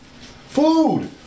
food